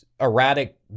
erratic